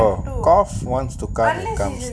hello cough wants to come it comes